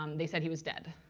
um they said he was dead.